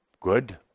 Good